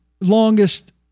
longest